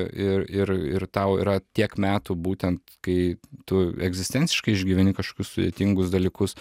ir ir ir tau yra tiek metų būtent kai tu egzistenciškai išgyveni kažkokius sudėtingus dalykus